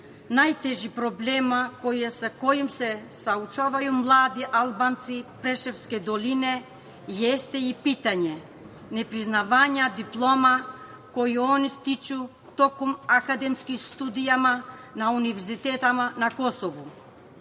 najtežih problema sa kojim se suočavaju mladi Albanci Preševske doline jeste pitanje nepriznavanja diploma koje oni stiču tokom akademskih studija na univerzitetu na Kosovu. Od